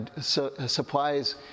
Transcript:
supplies